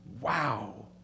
Wow